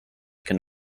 can